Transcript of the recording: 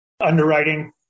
Underwriting